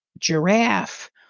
giraffe